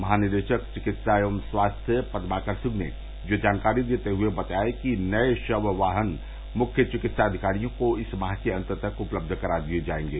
महानिदेषक चिकित्सा एवं स्वास्थ्य पदमाकर सिंह ने यह जानकारी देते हुए बताया कि नये षव वाहन मुख्य चिकित्साधिकारियों को इस माह के अन्त तक उपलब्ध करा दिये जायेंगे